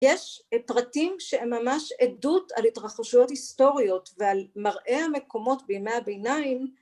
יש פרטים שהם ממש עדות על התרחשויות היסטוריות ועל מראי המקומות בימי הביניים